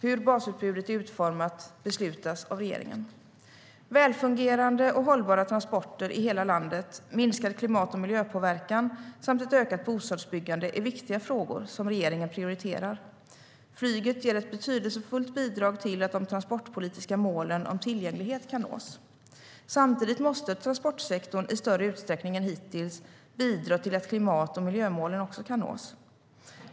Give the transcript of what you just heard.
Hur basutbudet är utformat beslutas av regeringen. Välfungerande och hållbara transporter i hela landet, minskad klimat och miljöpåverkan samt ett ökat bostadsbyggande är viktiga frågor som regeringen prioriterar. Flyget ger ett betydelsefullt bidrag till att de transportpolitiska målen om tillgänglighet kan nås. Samtidigt måste transportsektorn i större utsträckning än hittills bidra till att också klimat och miljömålen kan nås.